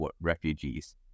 refugees